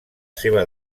seva